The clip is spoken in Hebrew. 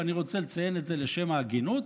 ואני רוצה לציין את זה לשם ההגינות,